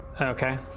Okay